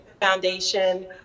Foundation